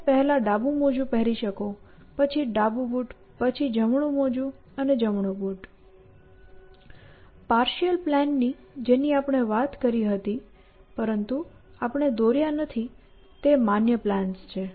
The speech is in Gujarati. તમે પહેલા ડાબું મોજું પહેરી શકો પછી ડાબું બૂટ પછી જમણું મોજું અને જમણું બૂટ પાર્શિઅલ પ્લાનની જેની આપણે વાત કરી હતી પરંતુ આપણે દોર્યા નથી તે માન્ય પ્લાન્સ છે